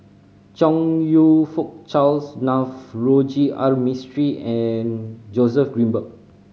Chong You Fook Charles Navroji R Mistri and Joseph Grimberg